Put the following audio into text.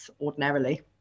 ordinarily